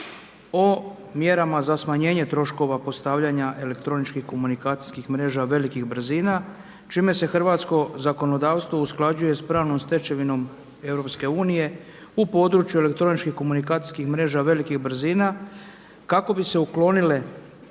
o mjerama za smanjenje troškova postavljanja elektroničkih komunikacijskih mreža velikih brzina čim se hrvatsko zakonodavstvo usklađuje s pravnom stečevinom EU u području elektroničkih komunikacijskih mreža velikih brzina kako bi se uklonile